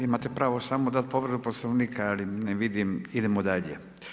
Imate pravo samo dati povredu Poslovnika, ali ne vidim, idemo dalje.